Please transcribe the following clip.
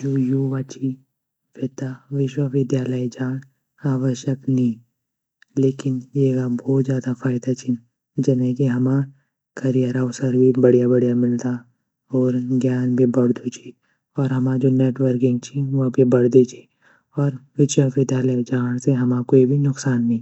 जू युवा ची वेता विश्वविद्यालय जाण आवश्यक नी लेकिन येगा भोत ज़्यादा फ़ायदा छीन जाने की हमा करियर अवसर भी बढ़िया बढ़िया मील्दा होड़ ज्ञान भी बढ़दु ची और हम जू नेटवर्किंग ची ऊ भी बढ़दी ची और विश्वविद्यालय जाण से हमा क्वे भी नुक़सान नी।